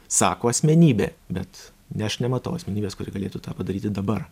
sako asmenybė bet ne aš nematau asmenybės kuri galėtų tą padaryti dabar